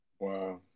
Wow